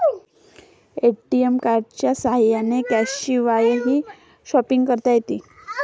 ATM कार्डच्या साह्याने कॅशशिवायही शॉपिंग करता येते